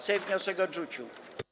Sejm wniosek odrzucił.